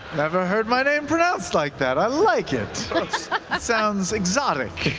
never heard my name pronounced like that. i like it. it sounds exotic.